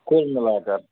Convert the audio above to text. کُل مِلا کَر